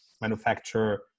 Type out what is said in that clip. manufacture